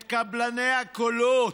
את קבלני הקולות,